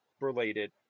related